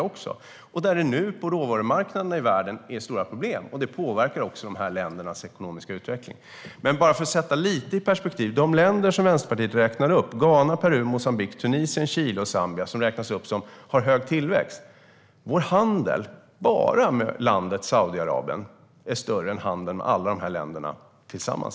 Det är nu stora problem på råvarumarknaderna i världen, och det påverkar också dessa länders ekonomiska utveckling. Jag ska sätta det lite i perspektiv. De länder som Vänsterpartiet räknar upp som har hög tillväxt är Ghana, Peru, Moçambique, Tunisien, Chile och Zambia. Vår handel enbart med landet Saudiarabien är i dag större än handeln med alla dessa länder tillsammans.